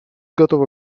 готовы